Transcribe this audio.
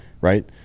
Right